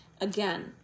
again